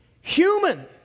human